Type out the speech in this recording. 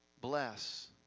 bless